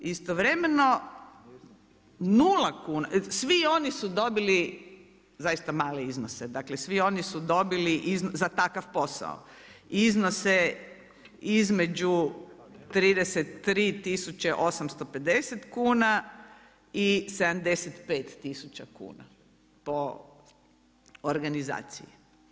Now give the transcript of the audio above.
Istovremeno, svi oni su dobili zaista male iznose, dakle, svi oni su dobili za takav posao, iznose između 33850 kuna i 75000 kuna po organizaciji.